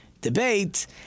debate